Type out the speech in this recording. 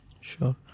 Sure